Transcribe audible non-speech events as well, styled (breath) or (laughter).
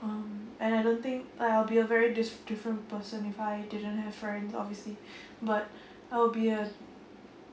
um and I don't think like I'll be a very diff~ different person if I didn't have friends obviously (breath) but I'll be a